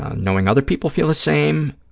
knowing other people feel the same